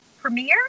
premiere